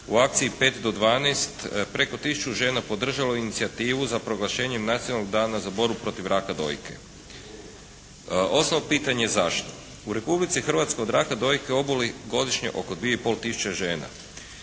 u akciji "pet do dvanaest" preko tisuću žena podržalo inicijativu za proglašenjem Nacionalnog dana za borbu protiv raka dojke. Osnovno pitanje je zašto. U Republici Hrvatskoj od raka dojke oboli godišnje oko 2,5 tisuće žena